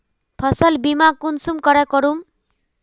फसल बीमा कुंसम करे करूम?